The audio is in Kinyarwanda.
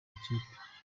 ikipe